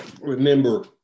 Remember